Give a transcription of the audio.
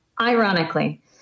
ironically